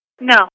No